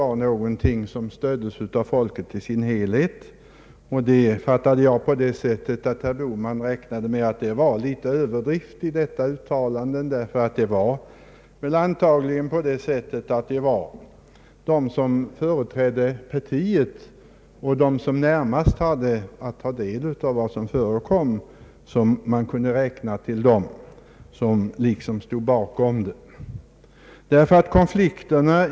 Han gav uttryck för att den stöddes av folket i dess helhet. Jag fattade herr Bohman så att han ansåg detta uttalande något överdrivet. Herr Bohman menade väl antagligen att det var företrädare för det socialdemokratiska partiet som man närmast kunde räkna med stod bakom den förda politiken.